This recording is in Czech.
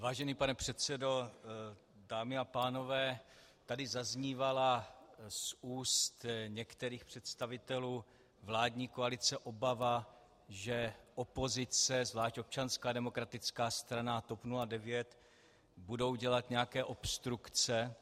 Vážený pane předsedo, dámy a pánové, tady zaznívala z úst některých představitelů vládní koalice obava, že opozice, zvlášť Občanská demokratická strana a TOP 09, budou dělat nějaké obstrukce.